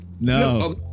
No